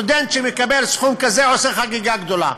סטודנט שמקבל סכום כזה עושה חגיגה גדולה.